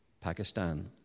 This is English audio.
Pakistan